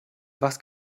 was